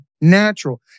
natural